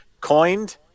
coined